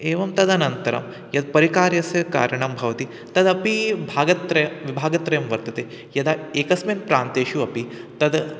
एवं तदनन्तरं यत् परिकार्यस्य कारणं भवति तदपी भागत्रय् विभागत्रयं वर्तते यदा एकस्मिन् प्रान्तेषु अपि तद्